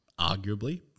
arguably